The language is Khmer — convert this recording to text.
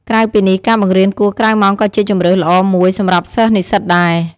ក្រៅពីនេះ ការបង្រៀនគួរក្រៅម៉ោងក៏ជាជម្រើសល្អមួយសម្រាប់សិស្សនិស្សិតដែរ។